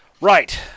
Right